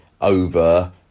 over